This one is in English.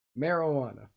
marijuana